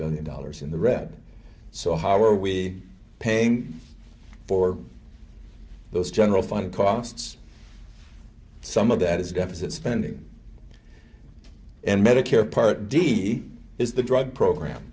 billion dollars in the red so how are we paying for those general fund costs some of that is deficit spending and medicare part d is the drug program